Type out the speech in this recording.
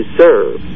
serve